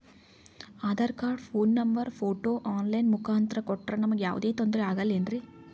Aadhaar card, phone number, photo online ಮುಖಾಂತ್ರ ಕೊಟ್ರ ನಮಗೆ ಯಾವುದೇ ತೊಂದ್ರೆ ಆಗಲೇನ್ರಿ?